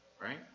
right